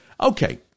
Okay